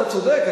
אתה צודק,